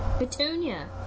Petunia